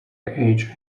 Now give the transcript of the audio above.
age